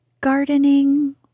Gardening